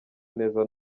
neza